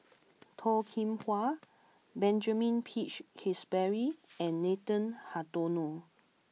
Toh Kim Hwa Benjamin Peach Keasberry and Nathan Hartono